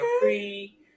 free